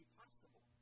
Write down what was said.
possible